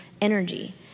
energy